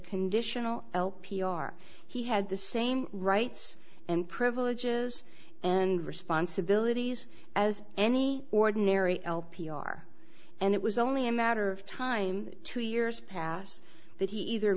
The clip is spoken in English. conditional l p r he had the same rights and privileges and responsibilities as any ordinary l p r and it was only a matter of time two years pass that he either